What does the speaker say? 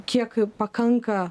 kiek pakanka